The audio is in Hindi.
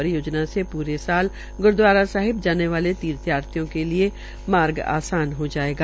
परियोजना से प्रे साल ग्रूद्वारा साहिब जाने वाले तीर्थयात्रियों के लिए मार्ग आसान हो जायेगा